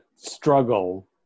struggle